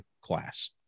class